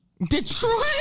Detroit